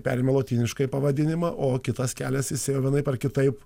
perėmė lotyniškai pavadinimą o kitas kelias jis ėjo vienaip ar kitaip